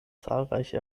zahlreiche